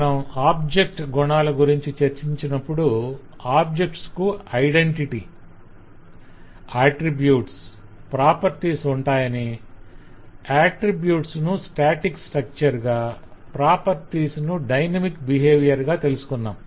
మనం ఆబ్జెక్ట్స్ గుణాల గురించి చర్చించినప్పుడు ఆబ్జెక్ట్స్ కు ఐడెంటిటీ identifyగుర్తింపు ఆట్రిబ్యూట్స్ ప్రాపర్టీస్ ఉంటాయని ఆట్రిబ్యూట్స్ ను స్టాటిక్ స్ట్రక్చర్ గా ప్రాపర్టీస్ ను డైనమిక్ బిహేవియర్ గా తెలుసుకొన్నాం